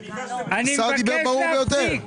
השר דיבר ברור ביותר.